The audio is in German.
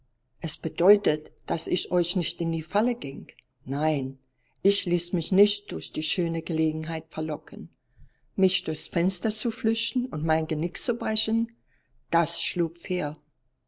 es bedeutet daß ich euch nicht in die falle ging nein ich ließ mich nicht durch die schöne gelegenheit verlocken mich durchs fenster zu flüchten und mein genick zu brechen das schlug fehl